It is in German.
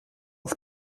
auf